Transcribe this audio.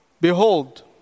Behold